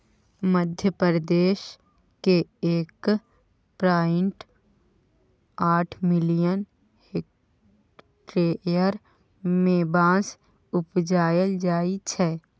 मध्यप्रदेश केर एक पॉइंट आठ मिलियन हेक्टेयर मे बाँस उपजाएल जाइ छै